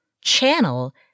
channel